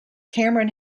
cameron